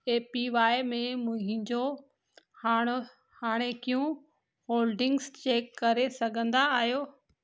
ए P Y में मुंहिंजो हाणे हाणेकियूं होल्डिंग्स चेक करे सघंदा आहियो